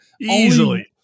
Easily